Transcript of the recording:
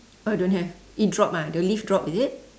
oh you don't have it dropped ah the leaf dropped is it